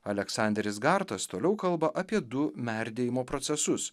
aleksanderis gartas toliau kalba apie du merdėjimo procesus